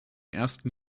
ersten